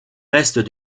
restes